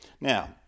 Now